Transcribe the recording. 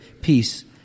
peace